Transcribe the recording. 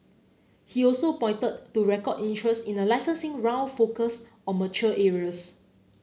he also pointed to record interest in a licensing round focus on mature areas